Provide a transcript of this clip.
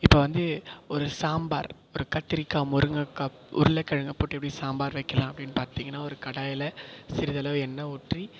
இப்போ வந்து ஒரு சாம்பார் ஒரு கத்திரிக்காய் முருங்கக்காய் உருளைக்கிழங்க போட்டு எப்படி சாம்பார் வைக்கலாம் அப்படினு பார்த்திங்கனா ஒரு கடாயில் சிறிதளவு எண்ணெய் ஊற்றி